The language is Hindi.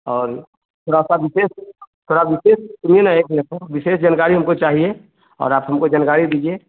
और थोड़ा सा विशेष थोड़ा विशेष सुनिए ना एक विशेष जानकारी हमको चाहिए और आप हमको जानकारी दीजिए